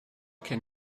can